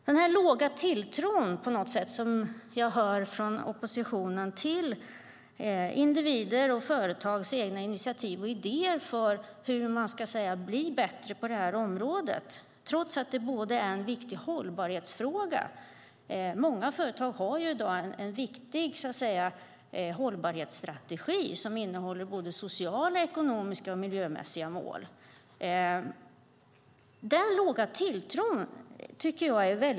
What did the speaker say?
Den låga tilltro som jag på något sätt hör från oppositionen till individers och företags egna initiativ och idéer till hur man ska bli bättre på det här området tycker jag är väldigt beklämmande. Det är trots allt en viktig hållbarhetsfråga. Många företag har ju i dag en viktig hållbarhetsstrategi som innehåller sociala, ekonomiska och miljömässiga mål.